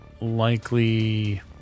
likely